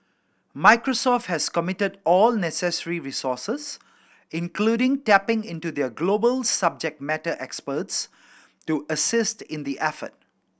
Microsoft has committed all necessary resources including tapping into their global subject matter experts to assist in the effort